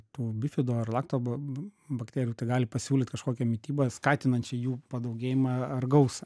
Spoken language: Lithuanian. tų bifido ar lakto ba b bakterijų tai gali pasiūlyt kažkokią mitybą skatinančią jų padaugėjimą ar gausą